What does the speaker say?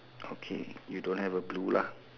okay you don't have a blue lah